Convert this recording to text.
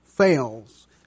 fails